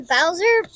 Bowser